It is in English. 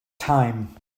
time